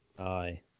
Aye